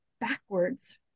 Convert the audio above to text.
backwards